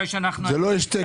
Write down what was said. אתה אומר שזה לא השתק.